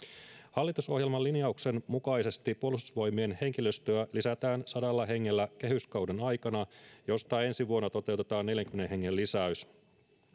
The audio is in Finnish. hallitusohjelman linjauksen mukaisesti puolustusvoimien henkilöstöä lisätään sadalla hengellä kehyskauden aikana josta ensi vuonna toteutetaan neljänkymmenen hengen lisäys